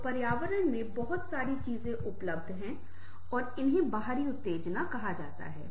तो पर्यावरण में बहुत सारी चीजें उपलब्ध हैं और इन्हें बाहरी उत्तेजना कहा जाता है